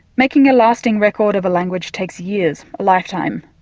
making a lasting record of a language takes years, a lifetime.